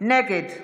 נגד